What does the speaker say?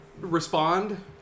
respond